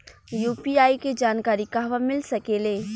UPI के जानकारी कहवा मिल सकेले?